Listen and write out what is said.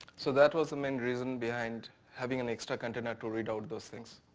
so that was the main reason behind having an extra container to read out those things.